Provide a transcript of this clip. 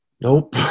Nope